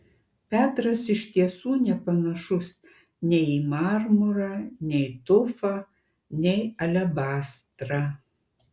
petras iš tiesų nepanašus nei į marmurą nei tufą nei alebastrą